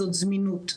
זו זמינות.